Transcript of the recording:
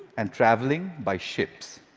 and traveling by ships.